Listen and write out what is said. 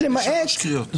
שלוש קריאות.